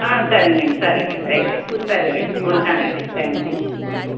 ఆ సరేనండి సరేనండి అయితే సరేనండి ఉంటానండి థాంక్యు